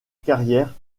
carrière